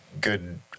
good